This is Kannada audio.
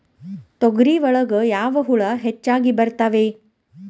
ತೊಗರಿ ಒಳಗ ಯಾವ ಹುಳ ಹೆಚ್ಚಾಗಿ ಬರ್ತವೆ?